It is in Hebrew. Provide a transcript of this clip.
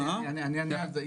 אני אענה על זה,